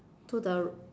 to the